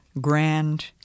grand